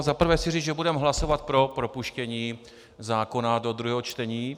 Za prvé chci říct, že budeme hlasovat pro propuštění zákona do druhého čtení.